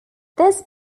this